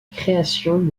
création